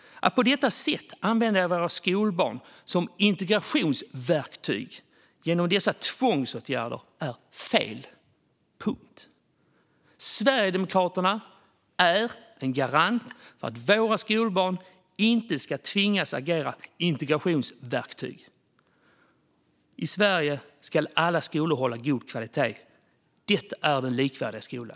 Att på detta sätt använda våra skolbarn som integrationsverktyg genom tvångsåtgärder är fel - punkt. Sverigedemokraterna är en garant för att våra skolbarn inte ska tvingas agera integrationsverktyg. I Sverige ska alla skolor hålla god kvalitet - det är den likvärdiga skolan.